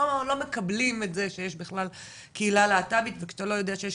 שלא מקבלים את זה שיש בכלל קהילה להט"בית וכשאתה אתה לא יודע שיש